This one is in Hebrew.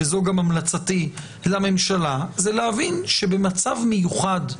וזו גם המלצתי לממשלה זה להבין שבמצב מיוחד,